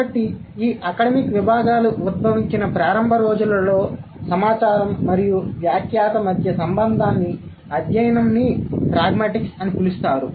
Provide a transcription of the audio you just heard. కాబట్టి ఈ అకడమిక్ విభాగాలు ఉద్భవించిన ప్రారంభ రోజులలో సమాచారం మరియు వ్యాఖ్యాత మధ్య సంబంధాన్ని అధ్యయనంని ప్రాగ్మాటిక్స్ అని పిలుస్తారు